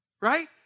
Right